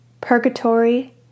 Purgatory